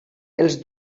els